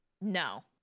No